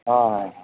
হ্যাঁ